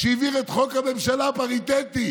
שהעביר את חוק הממשלה הפריטטית?